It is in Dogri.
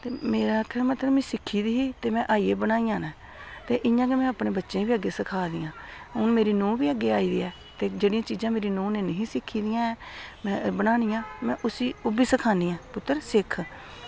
ते मेरा आक्खना दा मतलब ऐ कि में सिक्खी दी ही ते में आइयै बनाइयै रक्खी ते इंया गै में अपने बच्चे गी सखा दी ऐ हून मेरी नूंह् बी अग्गें आई दी ऐ ते जेह्ड़ी चीज़ां मेरी नूहं नै निं ही सिक्खी दियां ऐ में ओह्बी बनानियां ते आक्खना पुत्तर तू गै सिक्ख